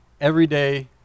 everyday